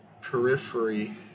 periphery